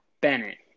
Bennett